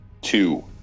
Two